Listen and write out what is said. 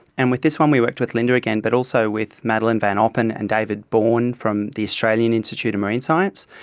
and with this one we worked with linda again but also with madeleine van oppen and david bourne from the australian institute of marine science.